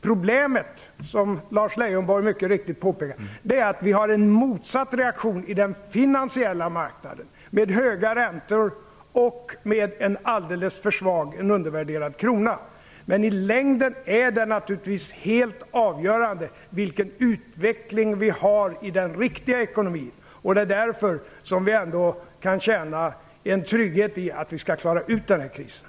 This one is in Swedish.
Problemet är, som Lars Leijonberg mycket riktigt påpekar, att vi har en motsatt reaktion i den finansiella marknaden, med höga räntor och med en alldeles för svag, undervärderad krona. Men i längden är det naturligtvis helt avgörande vilken utveckling vi har i den riktiga ekonomin, och det är därför som vi ändå kan känna en trygghet i att vi skall klara den här krisen.